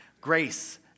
grace